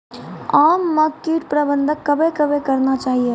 आम मे कीट प्रबंधन कबे कबे करना चाहिए?